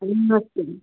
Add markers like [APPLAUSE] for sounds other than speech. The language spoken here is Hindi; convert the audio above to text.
[UNINTELLIGIBLE] नमस्ते जी